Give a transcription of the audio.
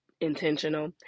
intentional